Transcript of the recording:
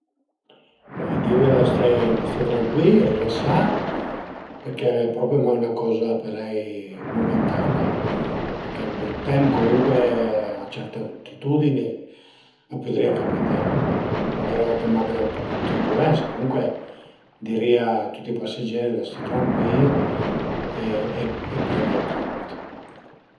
Be i dirìa dë ste ë ste trancuil, rilasà, perché al e propi mach 'na coza parei muntanea perché ël brüt temp comcuncue a certe altitudini a pödrìa capité magari anche mach ën poch dë türbulensa, comuncue dirìa a tüti i paseger dë ste trancui-i e preghé tant